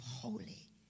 holy